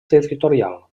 territorial